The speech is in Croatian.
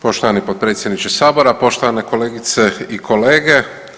Poštovani potpredsjedniče Sabora, poštovane kolegice i kolege.